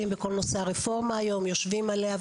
בכל נושא הרפורמה היום ויושבים עליה.